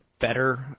better